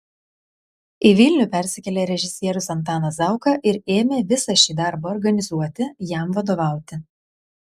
į vilnių persikėlė režisierius antanas zauka ir ėmė visą šį darbą organizuoti jam vadovauti